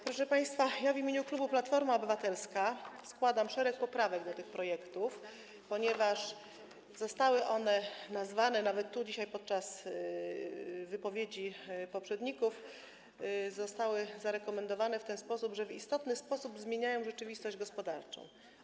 Proszę państwa, w imieniu klubu Platforma Obywatelska składam szereg poprawek do tych projektów, które zostały nazwane, nawet tu dzisiaj, podczas wypowiedzi poprzedników, zostały zarekomendowane w ten sposób, że istotnie zmieniają rzeczywistość gospodarczą.